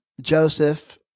Joseph